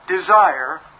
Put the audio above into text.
desire